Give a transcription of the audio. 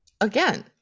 again